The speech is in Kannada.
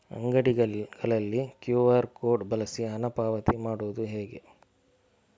ಅಂಗಡಿಗಳಲ್ಲಿ ಕ್ಯೂ.ಆರ್ ಕೋಡ್ ಬಳಸಿ ಹಣ ಪಾವತಿ ಮಾಡೋದು ಹೇಗೆ?